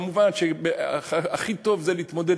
מובן שהכי טוב זה להתמודד,